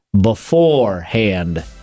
beforehand